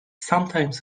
sometimes